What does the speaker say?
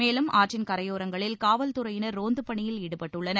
மேலும் ஆற்றின் கரையோரங்களில் காவல் துறையினர் ரோந்துப் பணியில் ஈடுபட்டுள்ளனர்